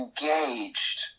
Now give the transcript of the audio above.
engaged